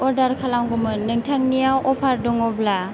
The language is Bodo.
अर्डार खालामगौमोन नोंथांनियाव अफार दङब्ला